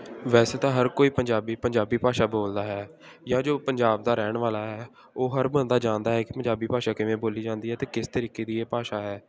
ਵੈਸੇ ਤਾਂ ਹਰ ਕੋਈ ਪੰਜਾਬੀ ਪੰਜਾਬੀ ਭਾਸ਼ਾ ਬੋਲਦਾ ਹੈ ਜਾਂ ਜੋ ਪੰਜਾਬ ਦਾ ਰਹਿਣ ਵਾਲਾ ਹੈ ਉਹ ਹਰ ਬੰਦਾ ਜਾਣਦਾ ਹੈ ਕਿ ਪੰਜਾਬੀ ਭਾਸ਼ਾ ਕਿਵੇਂ ਬੋਲੀ ਜਾਂਦੀ ਹੈ ਅਤੇ ਕਿਸ ਤਰੀਕੇ ਦੀ ਇਹ ਭਾਸ਼ਾ ਹੈ